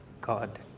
god